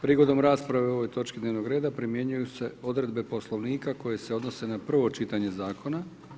Prigodom rasprave o ovoj točki dnevnoga reda primjenjuju se odredbe Poslovnika koje se odnosne na prvo čitanje zakona.